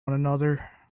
another